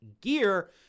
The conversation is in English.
gear